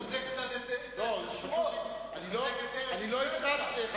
צריך לחזק את השורות, לחזק את ארץ-ישראל.